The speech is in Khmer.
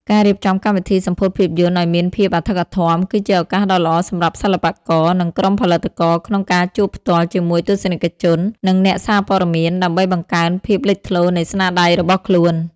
ការរៀបចំកម្មវិធីសម្ពោធភាពយន្តឱ្យមានភាពអធិកអធម គឺជាឱកាសដ៏ល្អសម្រាប់សិល្បករ និងក្រុមផលិតករក្នុងការជួបផ្ទាល់ជាមួយទស្សនិកជន និងអ្នកសារព័ត៌មានដើម្បីបង្កើនភាពលេចធ្លោនៃស្នាដៃរបស់ខ្លួន។